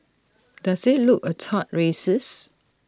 does IT look A tad racist